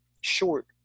short